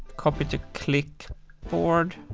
copy to click board.